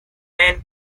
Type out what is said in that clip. main